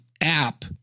app